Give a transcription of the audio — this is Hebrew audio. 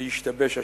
והשתבש השם.